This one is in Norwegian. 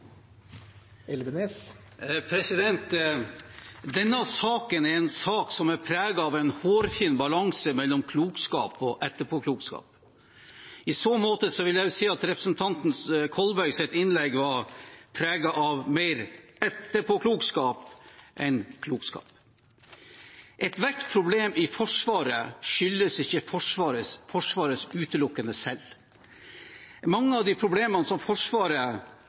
av en hårfin balanse mellom klokskap og etterpåklokskap. I så måte vil jeg si at representanten Kolbergs innlegg var preget av mer etterpåklokskap enn klokskap. Ethvert problem i Forsvaret skyldes ikke utelukkende Forsvaret selv. Mange av de problemene som Forsvaret